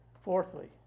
Fourthly